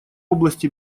области